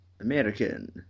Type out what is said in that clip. American